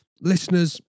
Listeners